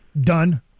done